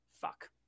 fuck